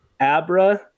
Abra